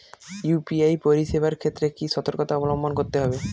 UPI পরিসেবার ক্ষেত্রে কি সতর্কতা অবলম্বন করতে হবে?